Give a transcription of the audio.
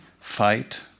fight